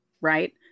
Right